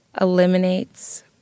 eliminates